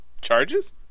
charges